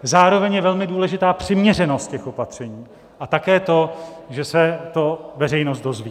Zároveň je velmi důležitá přiměřenost těch opatření a také to, že se to veřejnost dozví.